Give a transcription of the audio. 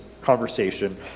conversation